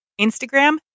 Instagram